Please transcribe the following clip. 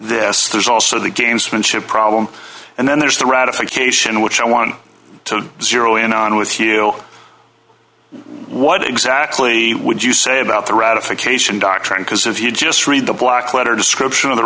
this there's also the gamesmanship problem and then there's the ratification which i want to zero in on with you what exactly would you say about the ratification doctrine because if you just read the black letter description of the